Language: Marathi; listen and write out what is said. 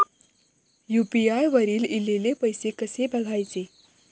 यू.पी.आय वर ईलेले पैसे कसे बघायचे?